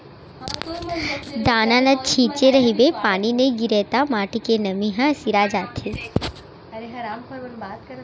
दाना ल छिंचे रहिबे पानी नइ गिरय त माटी के नमी ह सिरा जाथे